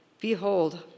Behold